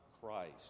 Christ